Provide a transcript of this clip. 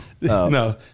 no